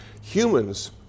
humans